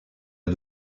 est